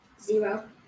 zero